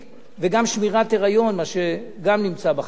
וגם שמירת היריון, מה שגם נמצא בחקיקה.